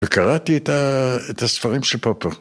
וקראתי את הספרים של פופו.